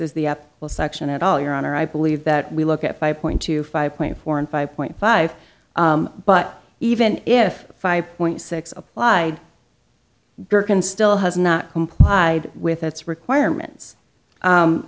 is the will section at all your honor i believe that we look at five point two five point four and five point five but even if five point six applied gerken still has not complied with its requirements